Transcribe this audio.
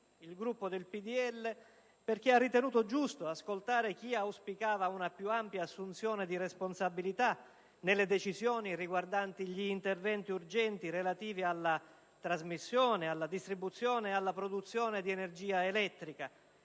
voterà sì, perché ha ritenuto giusto ascoltare chi auspicava una più ampia assunzione di responsabilità nelle decisioni riguardanti gli interventi urgenti relativi alla trasmissione, alla distribuzione e alla produzione di energia elettrica.